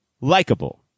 likable